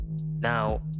now